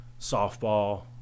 softball